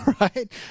right